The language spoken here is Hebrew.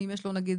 אם יש לו נגיד?